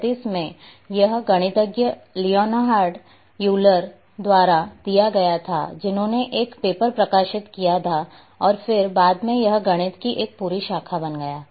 1936 में यह गणितज्ञ लियोनहार्ड यूलर द्वारा दिया गया था जिन्होंने एक पेपर प्रकाशित किया था और फिर बाद में यह गणित की एक पूरी शाखा बन गया